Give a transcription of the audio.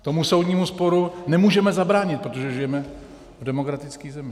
Tomu soudnímu sporu nemůžeme zabránit, protože žijeme v demokratické zemi.